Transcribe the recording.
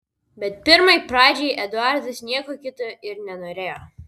bet pirmai pradžiai eduardas nieko kito ir nenorėjo